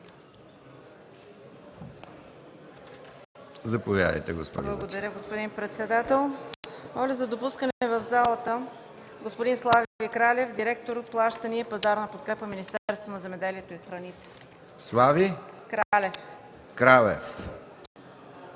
заповядайте господин Янев.